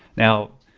now,